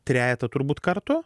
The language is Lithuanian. trejetą turbūt kartų